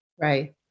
Right